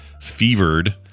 fevered